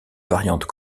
variante